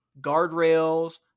guardrails